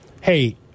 hey